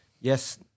yes